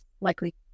likely